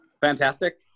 fantastic